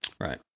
Right